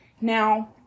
Now